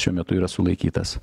šiuo metu yra sulaikytas